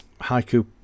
haiku